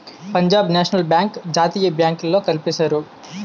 Punjab national bank జాతీయ బ్యాంకుల్లో కలిపేశారు